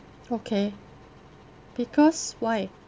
okay because why